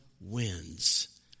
wins